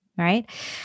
Right